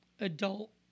adult